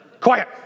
Quiet